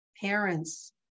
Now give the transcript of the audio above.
parents